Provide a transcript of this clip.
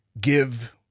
give